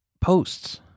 posts